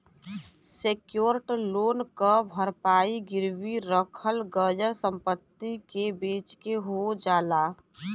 secured loan क भरपाई गिरवी रखल गयल संपत्ति के बेचके हो जाला